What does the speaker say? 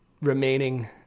remaining